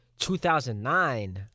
2009